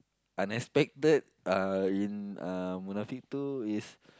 unexpected uh in uh Munafik two is